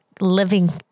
living